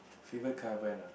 favourite car brand ah